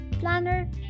Planner